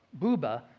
Buba